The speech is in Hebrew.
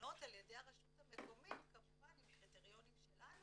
נבנות על ידי הרשות המקומית כמובן עם קריטריונים שלנו,